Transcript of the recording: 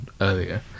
earlier